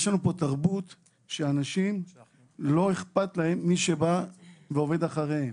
יש לנו פה תרבות שבה לאנשים לא אכפת ממי שבא ועובד אחריהם.